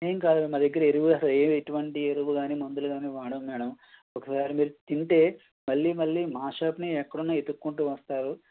ఏంకాదు మా దగ్గర ఎరువు అసలేం ఎటువంటి ఎరువు కానీ మందులు కానీ వాడము మేడం ఒకవేళ మీరి తింటే మళ్ళీ మళ్ళీ మా షాప్నే ఎక్కడున్నా ఎతుక్కుంటూ వస్తారు